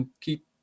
keep